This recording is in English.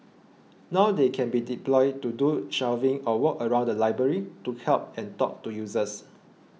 now they can be deployed to do shelving or walk around the library to help and talk to users